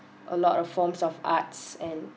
a lot of forms of arts and